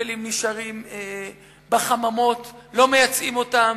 הפלפלים נשארים בחממות, לא מייצאים אותם,